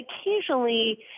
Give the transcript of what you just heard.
Occasionally